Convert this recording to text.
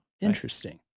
Interesting